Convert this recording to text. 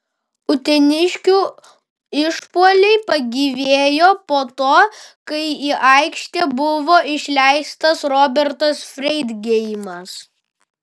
uteniškių išpuoliai pagyvėjo po to kai į aikštę buvo išleistas robertas freidgeimas